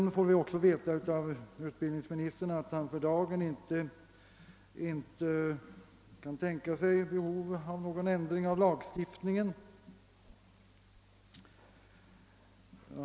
Vi får också av utbildningsministern veta att han för dagen inte kan tänka sig att det föreligger något behov av ändring av lagstiftningen.